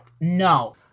no